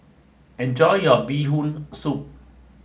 enjoy your Bee Hoon Soup